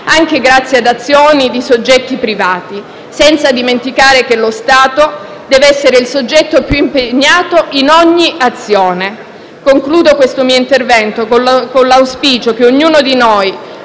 anche grazie ad azioni di soggetti privati. Tutto ciò senza dimenticare che lo Stato deve essere il soggetto più impegnato in ogni azione. Concludo questo mio intervento con l'auspicio che ognuno di noi,